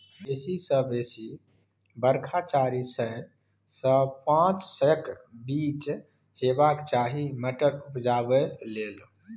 बेसी सँ बेसी बरखा चारि सय सँ पाँच सयक बीच हेबाक चाही मटर उपजाबै लेल